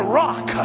rock